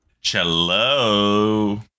Cello